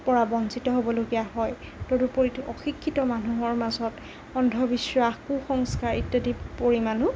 পৰা বঞ্চিত হ'বলগীয়া হয় তদুপৰি অশিক্ষিত মানুহৰ মাজত অন্ধবিশ্বাস কুসংস্কাৰ ইত্যাদিৰ পৰিমাণো